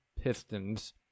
Pistons